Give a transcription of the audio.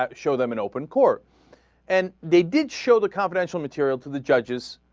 ah show them in open court and they did show the confidential material to the judges